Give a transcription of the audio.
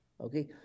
okay